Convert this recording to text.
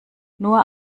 nur